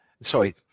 Sorry